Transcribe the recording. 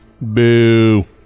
Boo